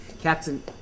Captain